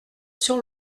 sur